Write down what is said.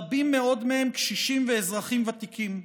רבים מאוד מהם קשישים ואזרחים ותיקים.